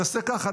נעשה ככה,